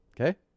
Okay